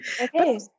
okay